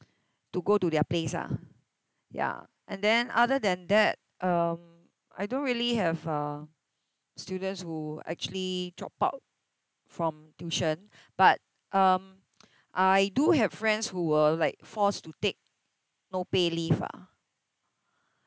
to go to their place ah ya and then other than that um I don't really have uh students who actually drop out from tuition but um I do have friends who were like forced to take no pay leave ah